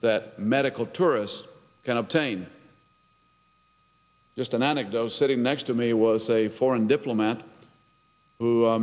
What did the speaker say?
that medical tourists can obtain just an anecdote sitting next to me was a foreign diplomat who